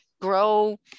grow